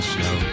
Snow